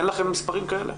אין לכם מספרים כאלה?